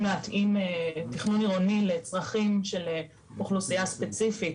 להתאים תכנון עירוני לצרכים של אוכלוסייה ספציפית,